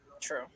True